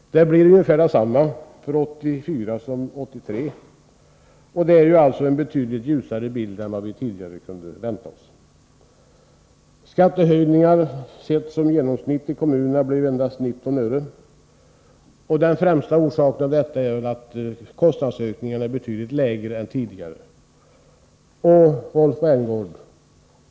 Det blir ungefär detsamma för 1984 som det blev för 1983, och detta ger alltså en betydligt ljusare bild än vi tidigare kunde vänta. Skattehöjningarna, sedda som genomsnitt för kommunerna, blir endast 19 öre. Den främsta orsaken till detta är väl att kostnadsökningarna blivit betydligt lägre än tidigare.